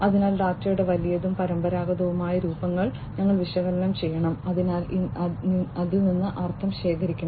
അതിനാൽ ഡാറ്റയുടെ വലിയതും പരമ്പരാഗതവുമായ രൂപങ്ങൾ ഞങ്ങൾ വിശകലനം ചെയ്യണം അതിൽ നിന്ന് അർത്ഥം ശേഖരിക്കണം